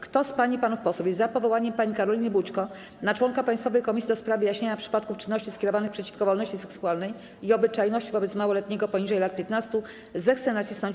Kto z pań i panów posłów jest za powołaniem pani Karoliny Bućko na członka Państwowej Komisji do spraw wyjaśniania przypadków czynności skierowanych przeciwko wolności seksualnej i obyczajności wobec małoletniego poniżej lat 15, zechce nacisnąć